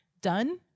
done